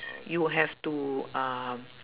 you have to um